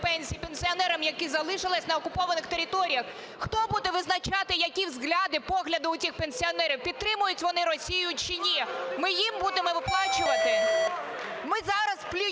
пенсії пенсіонерам, які залишились на окупованих територіях. Хто буде визначати, які взгляды, погляди у тих пенсіонерів, підтримують вони Росію чи ні? Ми їм будемо виплачувати! Ми зараз плюємо